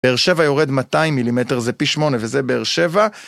באר שבע יורד 200 מילימטר, זה פי שמונה וזה באר שבע.